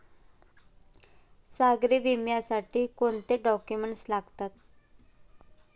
सागरी विम्यासाठी कोणते डॉक्युमेंट्स लागतात?